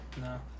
No